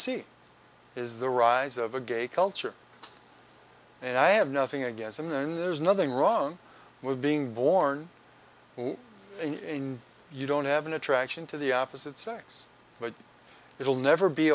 see is the rise of a gay culture and i have nothing against him then there's nothing wrong with being born in you don't have an attraction to the opposite sex but it will never be